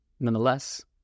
Nonetheless